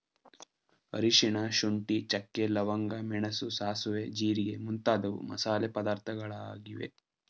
ಅರಿಶಿನ, ಶುಂಠಿ, ಚಕ್ಕೆ, ಲವಂಗ, ಮೆಣಸು, ಸಾಸುವೆ, ಜೀರಿಗೆ ಮುಂತಾದವು ಮಸಾಲೆ ಪದಾರ್ಥಗಳಾಗಿವೆ